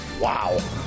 Wow